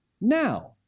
Now